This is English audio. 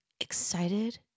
excited